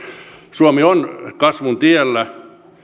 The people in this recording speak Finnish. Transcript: suomi on kasvun tiellä